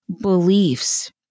beliefs